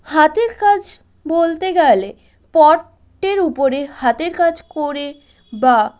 হাতের কাজ বলতে গেলে পটের ওপরে হাতের কাজ করে বা